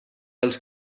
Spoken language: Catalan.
els